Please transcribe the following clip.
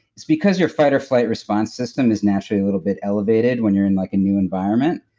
it's because your fight or flight response system is naturally a little bit elevated when you're in like a new environment,